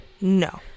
No